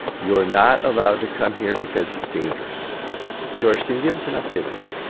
you're not allowed to come here because it's dangerous george, can you give us an update on that?